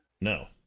No